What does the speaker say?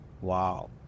Wow